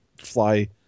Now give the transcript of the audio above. fly